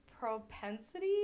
Propensity